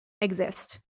exist